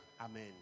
Amen